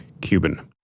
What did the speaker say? Cuban